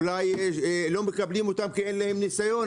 אולי לא מקבלים אותם כי אין להם ניסיון,